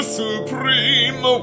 supreme